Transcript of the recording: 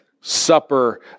Supper